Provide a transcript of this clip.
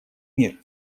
мир